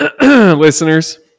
Listeners